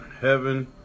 heaven